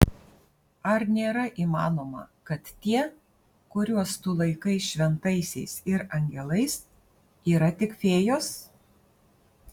ar nėra įmanoma kad tie kuriuos tu laikai šventaisiais ir angelais yra tik fėjos